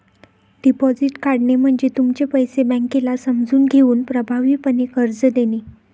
deposit काढणे म्हणजे तुमचे पैसे बँकेला समजून घेऊन प्रभावीपणे कर्ज देणे